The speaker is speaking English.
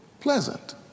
pleasant